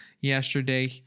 yesterday